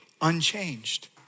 unchanged